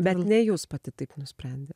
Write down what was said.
bet ne jūs pati taip nusprendė